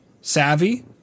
savvy